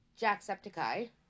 jacksepticeye